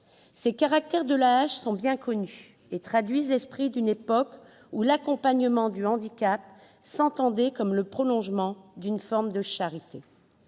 Ces caractères de l'AAH sont bien connus et traduisent l'esprit d'une époque où l'accompagnement du handicap s'entendait comme le prolongement d'une forme de charité.